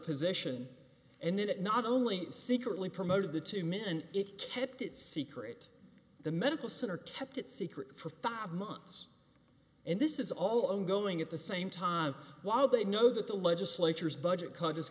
position and it not only secretly promoted the two men it kept it secret the medical center kept it secret for five months and this is all ongoing at the same time while they know that the legislature's budget cut